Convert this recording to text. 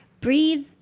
breathe